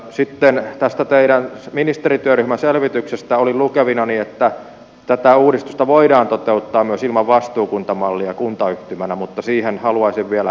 sitten tästä teidän ministerityöryhmän selvityksestänne olin lukevinani että tätä uudistusta voidaan toteuttaa myös ilman vastuukuntamallia kuntayhtymänä mutta siihen haluaisin vielä varmistuksen